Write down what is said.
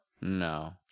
No